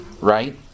Right